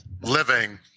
living